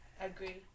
Agree